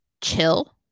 chill